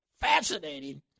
fascinating